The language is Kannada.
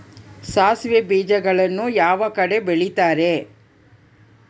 ಸಾಸಿವೆ ಬೇಜಗಳನ್ನ ಯಾವ ಕಡೆ ಬೆಳಿತಾರೆ?